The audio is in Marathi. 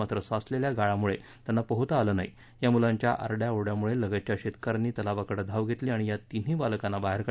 मात्र साचलेल्या गाळामुळे त्यांना पोहता आलं नाही या मुलांच्या आरडाओरङ्यामुळे लगतच्या शेतकऱ्यांनी तलावाकडे धाव घेतली आणि या तीन्हीही बालकांना बाहेर का